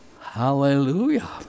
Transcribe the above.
Hallelujah